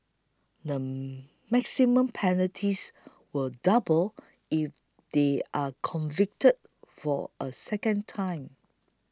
the maximum penalties will double if they are convicted for a second time